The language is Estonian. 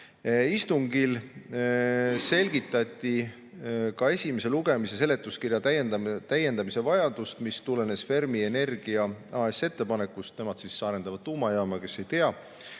Istungil selgitati ka esimese lugemise seletuskirja täiendamise vajadust, mis tulenes Fermi Energia AS‑i ettepanekust. Kes ei tea, siis nemad arendavad tuumajaama, või tegelevad